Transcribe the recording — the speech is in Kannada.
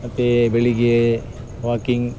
ಮತ್ತು ಬೆಳಗ್ಗೆ ವಾಕಿಂಗ್